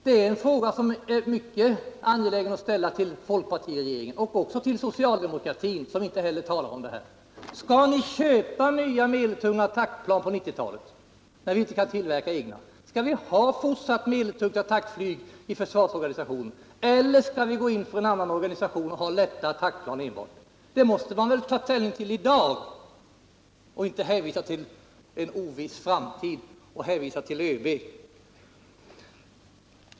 Detta är en fråga som det är mycket viktigt att ställa till folkpartiet och även till socialdemokraterna, som inte heller talar om denna sak. Skall ni köpa nya medeltunga attackplan på 1990-talet när vi inte kan tillverka egna? Skall vi även i fortsättningen ha ett medeltungt attackflygplan i försvarsorganisationen eller skall vi gå in för en organisation med enbart lätta attackplan? Det måste man väl ta ställning till i dag och inte bara hänvisa till ÖB och en oviss framtid.